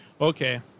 okay